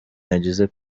yageze